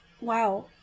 wow